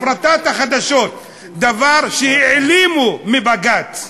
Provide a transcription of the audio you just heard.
הפרטת החדשות, דבר שהעלימו מבג"ץ.